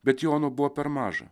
bet jono buvo per maža